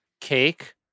cake